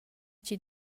chi